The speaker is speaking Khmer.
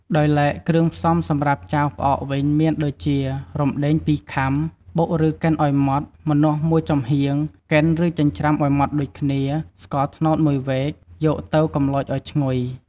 ដោយឡែកគ្រឿងផ្សំសម្រាប់ចាវផ្អកវិញ មានដូចជា រំដែង ២ខាំ បុក ឬកិនឱ្យម៉ដ្ឋ ម្នាស់ មួយចំហៀង កិន ឬ ចិញ្ច្រាំឱ្យម៉ដ្ឋដូចគ្នា ស្ករត្នោត មួយវែក យកទៅកម្លោចឱ្យឈ្ងុយ។